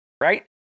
right